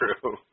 true